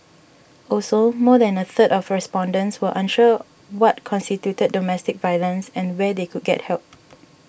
also more than a third of respondents were unsure what constituted domestic violence and where they could get help